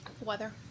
Weather